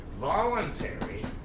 Voluntary